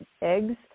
eggs